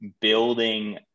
building